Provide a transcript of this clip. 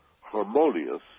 harmonious